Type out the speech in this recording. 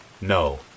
No